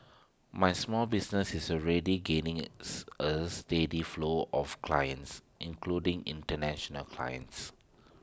my small business is already gaining is A steady flow of clients including International clients